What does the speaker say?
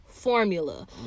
formula